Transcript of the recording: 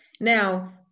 Now